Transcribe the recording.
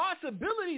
possibilities